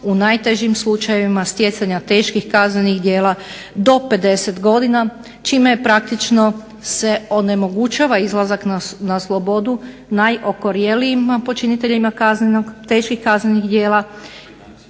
u najtežim slučajevima stjecanja teških kaznenih djela do 50 godina. Čime je praktično se onemogućava izlazak na slobodu najokorjelijim počiniteljima teških kaznenih djela